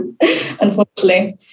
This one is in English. unfortunately